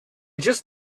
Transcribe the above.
just